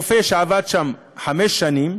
רופא שעבד שם חמש שנים